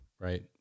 right